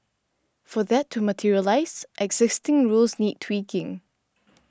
for that to materialise existing rules need tweaking